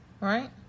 Right